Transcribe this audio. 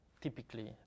typically